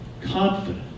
Confidence